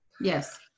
Yes